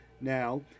now